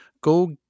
go